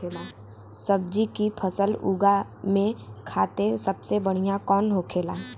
सब्जी की फसल उगा में खाते सबसे बढ़ियां कौन होखेला?